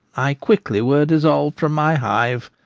i quickly were dissolved from my hive,